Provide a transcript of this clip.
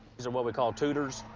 these are what we call tooters.